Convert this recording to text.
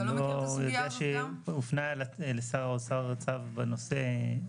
אני לא יודע שהופנה לשר האוצר צו בנושא.